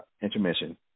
intermission